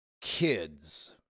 kids-